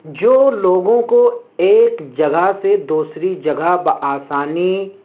جو لوگوں کو ایک جگہ سے دوسری جگہ بآسانی